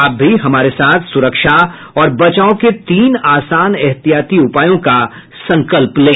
आप भी हमारे साथ सुरक्षा और बचाव के तीन आसान एहतियाती उपायों का संकल्प लें